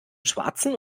schwarzen